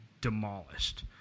demolished